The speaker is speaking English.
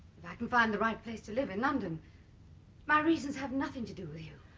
i can find the right place to live in london my reasons have nothing to do with you.